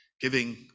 giving